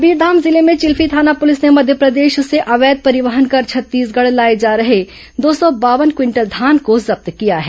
कबीरधाम जिले में चिल्फी थाना पुलिस ने मध्यप्रदेश से अवैध परिवहन कर छत्तीसगढ़ लाए जा रहे दो सौ बावन क्विंटल धान को जब्त किया है